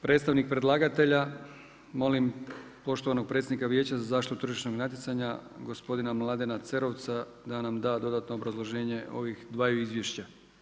Predstavnik predlagatelja, molim poštovanog predstavnika Vijeća za zaštitu tržišnog natjecanja gospodina Mladina Cerovca da nam da dodatno obrazloženje ovih dvaju izvješća.